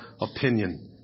opinion